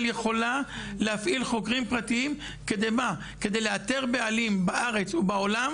יכולה להפעיל חוקרים פרטיים כדי לאתר בעלים בארץ ובעולם